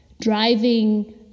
driving